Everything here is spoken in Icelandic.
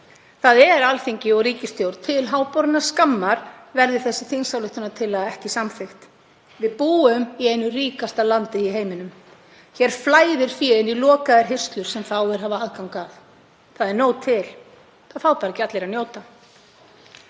Það er Alþingi og ríkisstjórn til háborinnar skammar verði þessi þingsályktunartillaga ekki samþykkt. Við búum í einu ríkasta landi í heiminum. Hér flæðir fé inn í lokaðar hirslur sem fáir hafa aðgang að. Það er nóg til. Það fá bara ekki allir að njóta.